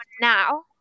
now